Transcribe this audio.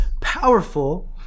powerful